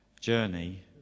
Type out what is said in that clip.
journey